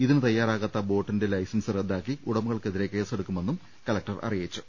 ഇതിന് തയ്യാറാകാത്ത ബോട്ടിന്റെ ലൈസൻസ് റദ്ടാക്കി ഉടമ കൾക്കെതിരെ കേസെടുക്കുമെന്നും കലക്ടർ അറിയിച്ചു